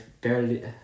barely